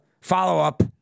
follow-up